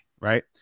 right